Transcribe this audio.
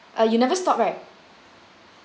uh you never stop right